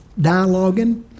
dialoguing